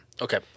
Okay